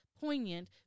poignant